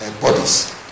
bodies